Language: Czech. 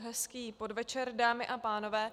Hezký podvečer, dámy a pánové.